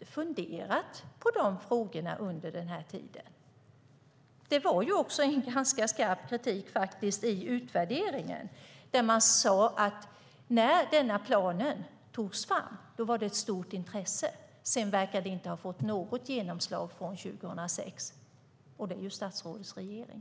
funderat på de frågorna under den här tiden. Det kritiserades ju också ganska skarpt i utvärderingen. Man sade att när planen togs fram var intresset stort. Men det verkar inte ha fått något genomslag sedan 2006, och det är ju statsrådets regering.